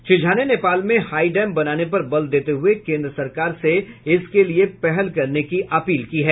श्री झा ने नेपाल में high dam बनाने पर बल देते हुए केन्द्र सरकार से पहल करने की अपील की है